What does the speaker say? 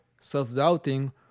self-doubting